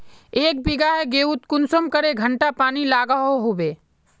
एक बिगहा गेँहूत कुंसम करे घंटा पानी लागोहो होबे?